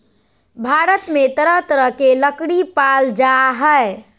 भारत में तरह तरह के लकरी पाल जा हइ